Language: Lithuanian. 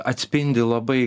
atspindi labai